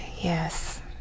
Yes